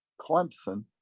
Clemson